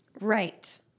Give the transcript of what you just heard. Right